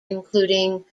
including